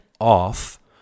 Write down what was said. off